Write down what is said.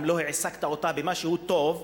אם לא העסקת אותה במשהו טוב,